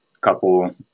couple